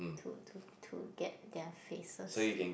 to to to get their faces